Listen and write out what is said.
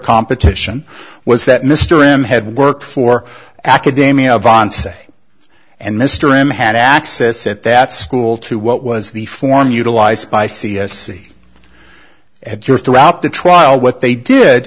competition was that mr him had worked for academia avant se and mr him had access at that school to what was the form utilized by c s c at your throughout the trial what they did